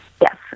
Yes